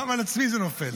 גם על הצליל זה נופל.